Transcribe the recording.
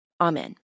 Amen